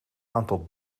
aantal